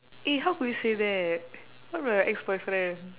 eh how could you say that what about your ex boyfriend